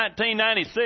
1996